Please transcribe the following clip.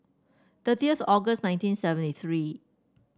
thirtieth August nineteen seventy three